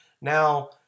Now